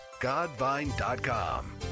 godvine.com